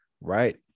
right